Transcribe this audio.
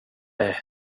det